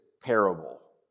parable